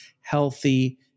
healthy